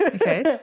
Okay